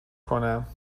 کنم